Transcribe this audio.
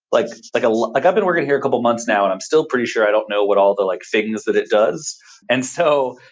like like like i've been working here a couple of months now and i'm still pretty sure i don't know what all the like things that it does and so,